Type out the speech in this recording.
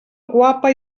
guapa